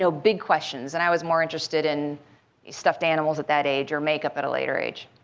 so big questions and i was more interested in the stuffed animals at that age or makeup at a later age.